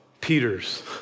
Peter's